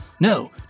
No